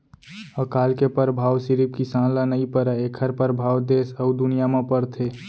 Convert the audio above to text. अकाल के परभाव सिरिफ किसान ल नइ परय एखर परभाव देस अउ दुनिया म परथे